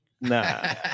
Nah